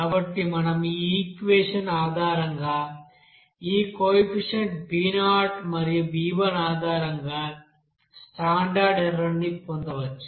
కాబట్టి మనం ఈ ఈక్వెషన్ ఆధారంగా ఈ కోఎఫిసిఎంట్ b0 మరియు b1 ఆధారంగా స్టాండర్డ్ ఎర్రర్ ని పొందవచ్చు